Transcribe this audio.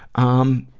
um,